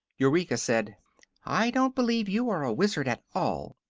eureka said i don't believe you are a wizard at all!